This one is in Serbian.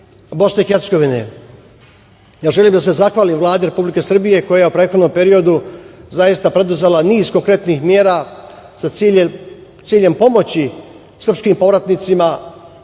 u Federaciji BiH.Ja želim da se zahvalim Vladi Republike Srbije koja je u prethodnom periodu preduzela niz konkretnih mera sa ciljem pomoći srpskim povratnicima